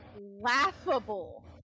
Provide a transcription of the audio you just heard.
laughable